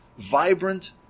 vibrant